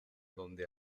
donde